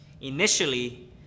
initially